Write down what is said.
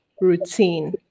routine